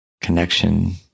connection